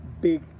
big